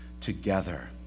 together